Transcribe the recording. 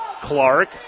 Clark